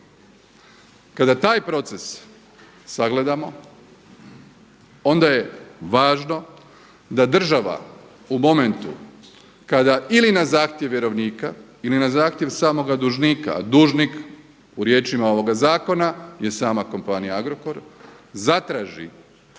Kada taj proces sagledamo onda je važno da država u momentu kada ili na zahtjev vjerovnika ili na zahtjev samoga dužnika, a dužnik u riječima ovoga zakona je sama kompanija Agrokor zatraži